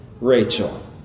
Rachel